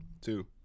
two